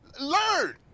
Learn